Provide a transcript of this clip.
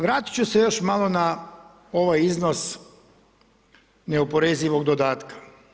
Vratit ću se još malo na ovaj iznos neoporezivog dodatka.